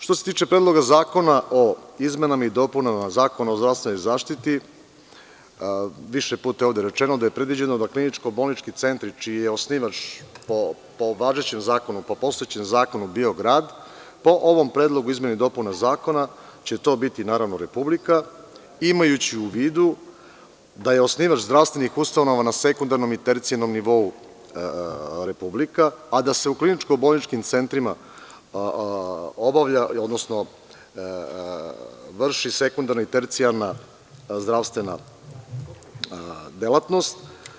Što se tiče Predloga zakona o izmenama i dopunama Zakona o zdravstvenoj zaštiti, više puta je ovde rečeno da je predviđeno da kliničko-bolnički centri čiji je osnivač, po važećem zakonu, po postojećem zakonu bio grad, po ovom Predlogu o izmenama i dopunama Zakona će to biti, naravno, Republika, imajući u vidu da je osnivač zdravstvenih ustanova na sekundarnom i tercijalnom nivou Republika, a da se u kliničko-bolničkim centrima vrši sekundarna i tercijalna zdravstvena delatnost.